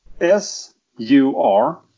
S-U-R